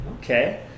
Okay